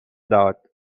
داد